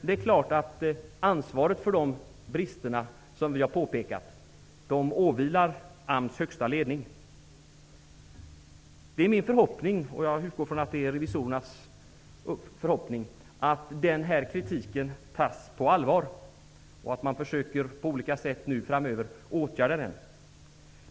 Det är klart att ansvaret för de brister som vi har påpekat åvilar AMS högsta ledning. Det är min förhoppning -- och jag utgår från att det också är revisorernas -- att den kritiken tas på allvar och att man framöver försöker att åtgärda bristerna på olika sätt.